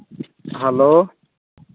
hello